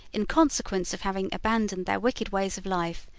in consequence of having abandoned their wicked ways of life,